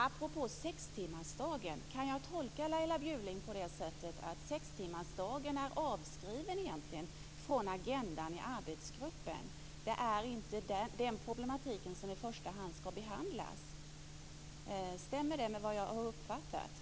Apropå sextimmarsdagen: Kan jag tolka Laila Bjurling på det sättet att sextimmarsdagen egentligen är avskriven från agendan i arbetsgruppen, att det inte är den problematiken som i första hand skall behandlas? Stämmer den uppfattningen?